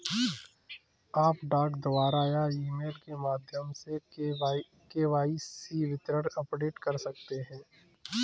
आप डाक द्वारा या ईमेल के माध्यम से के.वाई.सी विवरण अपडेट कर सकते हैं